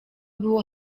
było